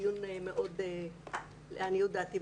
לעניות דעתי,